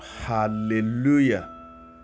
Hallelujah